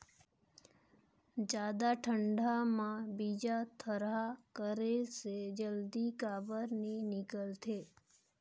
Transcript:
जादा ठंडा म बीजा थरहा करे से जल्दी काबर नी निकलथे?